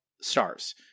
stars